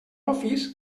office